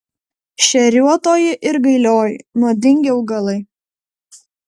šeriuotoji ir gailioji nuodingi augalai